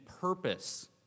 purpose